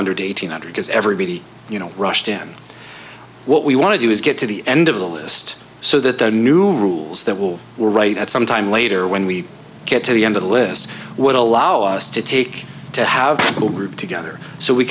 hundred eighteen hundred as everybody you know rushed in what we want to do is get to the end of the list so that the new rules that will were right at some time later when we get to the end of the list would allow us to take to have a whole group together so we